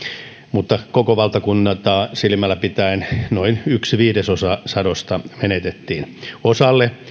mutta valtakuntaa silmällä pitäen noin yksi viidesosa sadosta menetettiin osalle